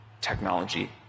technology